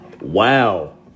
Wow